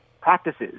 practices